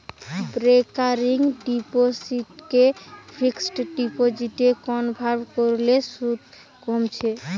recurring ডিপোসিটকে fixed ডিপোজিটে convert কোরলে শুধ কম হচ্ছে